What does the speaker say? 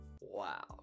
Wow